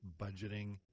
budgeting